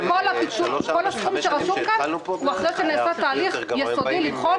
כל הסכום שרשום כאן הוא אחרי שנעשה תהליך יסודי לבחון